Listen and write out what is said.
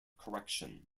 correction